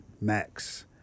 max